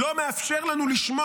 לא מאפשר לנו לשמוע